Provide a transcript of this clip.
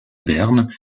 bern